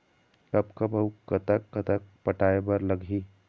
कब कब अऊ कतक कतक पटाए बर लगही